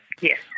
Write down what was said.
Yes